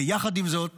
ויחד עם זאת